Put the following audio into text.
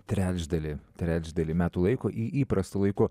trečdalį trečdalį metų laiko įprastu laiku